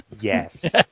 Yes